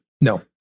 No